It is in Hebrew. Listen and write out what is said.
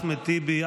אחמד טיבי,